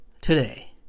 today